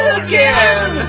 again